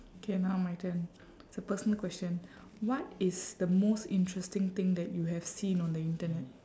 K now my turn it's a personal question what is the most interesting thing that you have seen on the internet